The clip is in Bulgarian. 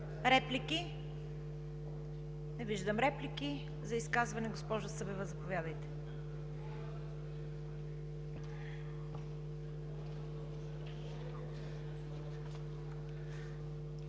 Реплики? Не виждам. За изказване – госпожо Събева, заповядайте.